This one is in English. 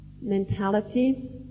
Mentality